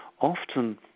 often